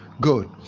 good